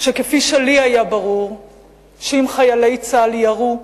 שכפי שלי היה ברור שאם חיילי צה"ל ירו,